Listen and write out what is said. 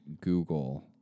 Google